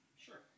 Sure